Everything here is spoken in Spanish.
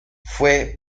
fue